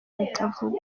bitavugwa